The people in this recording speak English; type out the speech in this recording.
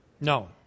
No